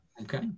Okay